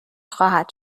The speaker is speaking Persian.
خواهد